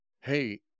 hey